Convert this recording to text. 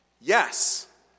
yes